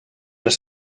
les